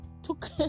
Took